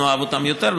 נאהב אותן יותר,